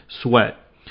sweat